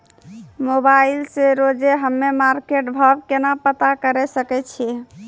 Mobile से रोजे हम्मे मार्केट भाव केना पता करे सकय छियै?